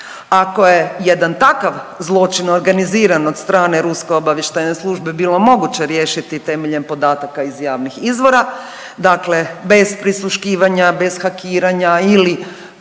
Ako je jedan takav zločin organiziran od strane ruske obavještajne službe bilo moguće riješiti temeljem podataka iz javnih izvora, dakle bez prisluškivanja, bez hakiranja ili